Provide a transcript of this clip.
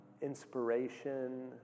inspiration